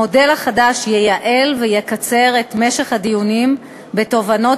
המודל החדש ייעל ויקצר את משך הדיונים בתובענות